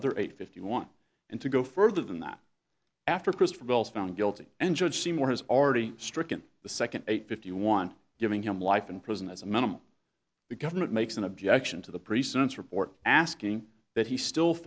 other eight fifty one and to go further than that after christabel found guilty and judge seymour has already stricken the second eight fifty one giving him life in prison as a minimum the government makes an objection to the pre sentence report asking that he still